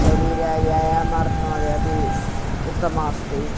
शरीरव्यायामार्थम् अपि उत्तममस्ति